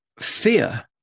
fear